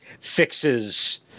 fixes